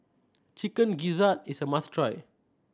Chicken Gizzard is a must try